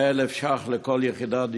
100,000 ש"ח לכל יחידת דיור.